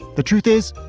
the truth is,